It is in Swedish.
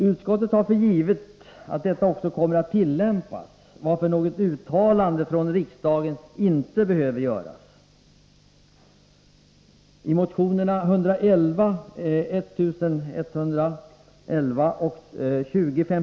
Utskottet tar för givet att detta också kommer att tillämpas, varför något uttalande från riksdagen inte behöver göras.